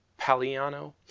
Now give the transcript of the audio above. paliano